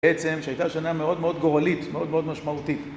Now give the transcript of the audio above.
בעצם, שהייתה שנה מאוד מאד גורלית, מאוד מאד משמעותית.